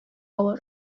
авыр